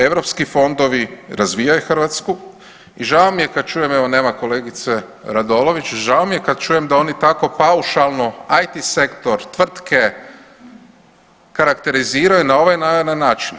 Europski fondovi razvijaju Hrvatsku i žao mi je kad čujem, evo nema kolegice RAdolović, žao mi je kad čujem da oni tako paušalno IT sektor tvrtke karakteriziraju na ovaj … način.